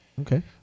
Okay